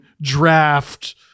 draft